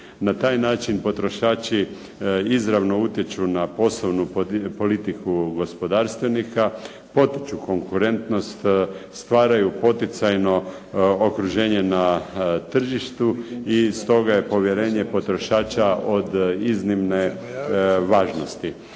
Na taj način potrošači izravno utječu na poslovnu politiku gospodarstvenika, potiču konkurentnost, stvaraju poticajno okruženje na tržištu i stoga je povjerenje potrošača od iznimne važnosti.